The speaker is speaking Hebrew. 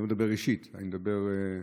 אני לא מדבר אישית, אני מדבר מערכתית.